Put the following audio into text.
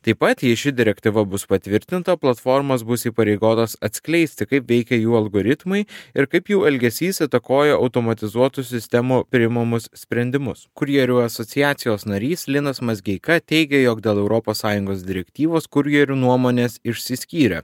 taip pat jei ši direktyva bus patvirtinta platformos bus įpareigotos atskleisti kaip veikia jų algoritmai ir kaip jų elgesys įtakoja automatizuotų sistemų priimamus sprendimus kurjerių asociacijos narys linas mazgeika teigė jog dėl europos sąjungos direktyvos kurjerių nuomonės išsiskyrė